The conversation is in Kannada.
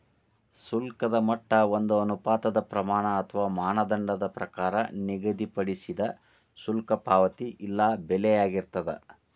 ಶುಲ್ಕದ ಮಟ್ಟ ಒಂದ ಅನುಪಾತದ್ ಪ್ರಮಾಣ ಅಥವಾ ಮಾನದಂಡದ ಪ್ರಕಾರ ನಿಗದಿಪಡಿಸಿದ್ ಶುಲ್ಕ ಪಾವತಿ ಇಲ್ಲಾ ಬೆಲೆಯಾಗಿರ್ತದ